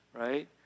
Right